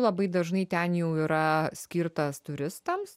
labai dažnai ten jau yra skirtas turistams